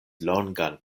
longan